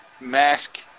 mask